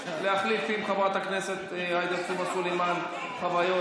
להחליף עם חברת הכנסת עאידה תומא סלימאן חוויות,